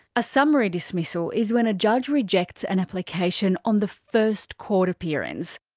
a summary dismissal is when a judge rejects an application on the first court appearance.